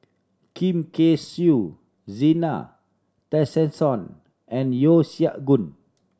Kay Siu Zena Tessensohn and Yeo Siak Goon